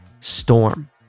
storm